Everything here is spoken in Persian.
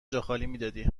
جاخالی